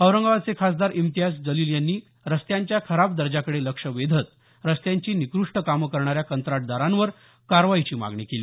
औरंगाबाद चे खासदार इम्तियाज जलील यांनी रस्त्यांच्या खराब दर्जाकडे लक्ष वेधत रस्त्यांची निकृष्ट कामं करणाऱ्या कंत्राटदारांवर कारवाईची मागणी केली